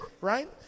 right